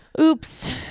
Oops